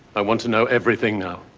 i want to know everything now.